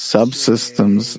Subsystems